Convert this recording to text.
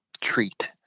treat